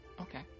Okay